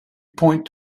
point